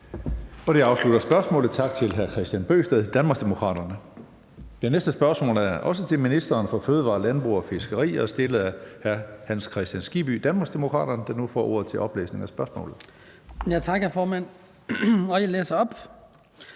Det afslutter spørgsmålet. Tak til hr. Kristian Bøgsted, Danmarksdemokraterne. Det næste spørgsmål er også til ministeren for fødevarer, landbrug og fiskeri, og det er stillet af hr. Hans Kristian Skibby, Danmarksdemokraterne, der nu får ordet. Kl. 15:51 Spm. nr. S 498 9) Til